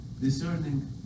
discerning